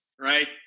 Right